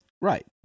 Right